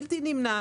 בלתי נמנע,